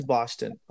Boston